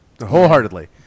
wholeheartedly